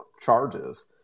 charges